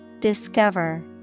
Discover